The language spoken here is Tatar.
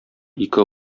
ике